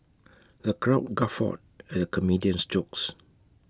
the crowd guffawed at the comedian's jokes